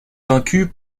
vaincu